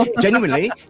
genuinely